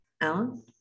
Alan